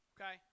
okay